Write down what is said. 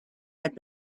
had